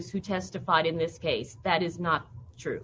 who testified in this case that is not true